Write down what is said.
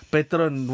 Petron